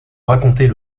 raconter